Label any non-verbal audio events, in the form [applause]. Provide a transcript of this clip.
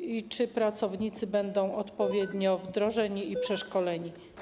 i czy pracownicy będą odpowiednio [noise] wdrożeni i przeszkoleni?